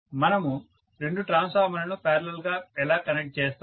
మనం రెండు ట్రాన్స్ఫార్మర్లను పారలల్ గా ఎలా కనెక్ట్ చేస్తాము